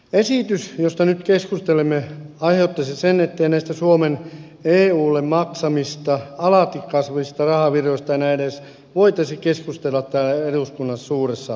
esitys josta nyt keskustelemme aiheuttaisi sen ettei näistä suomen eulle maksamista alati kasvavista rahavirroista enää edes voitaisi keskustella täällä eduskunnan suuressa salissa